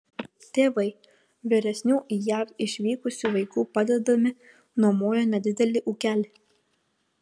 tėvai vyresnių į jav išvykusių vaikų padedami nuomojo nedidelį ūkelį